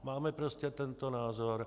Máme prostě tento názor.